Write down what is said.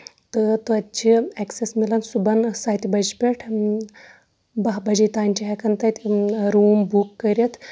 تہٕ تَتہِ چھُ ایکسیٚس مِلان صبُحنس سَتہِ بَجہِ پٮ۪ٹھ دہ بَجے تانۍ چھِ ہٮ۪کان تتہِ روٗم بُک کٔرِتھ